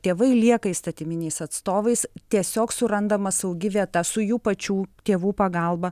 tėvai lieka įstatyminiais atstovais tiesiog surandama saugi vieta su jų pačių tėvų pagalba